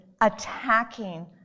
attacking